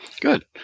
Good